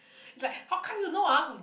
like how come you know ah